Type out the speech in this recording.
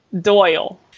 Doyle